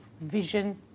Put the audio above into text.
vision